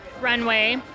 runway